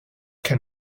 can